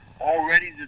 Already